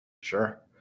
Sure